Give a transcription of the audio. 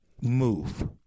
move